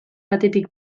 batetik